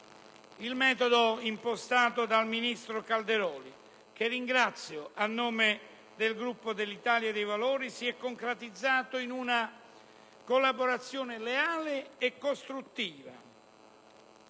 Il metodo impostato dal ministro Calderoli, che ringrazio a nome del Gruppo dell'Italia dei Valori, si è concretizzato in una collaborazione leale e costruttiva